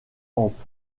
hampe